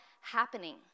happening